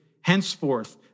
Henceforth